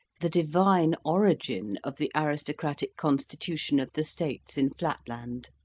the divine origin of the aristocratic constitution of the states in flatland!